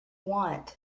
want